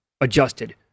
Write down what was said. adjusted